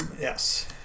Yes